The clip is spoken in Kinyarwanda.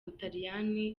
butaliyani